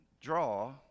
draw